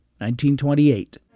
1928